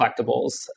collectibles